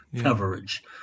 coverage